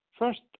First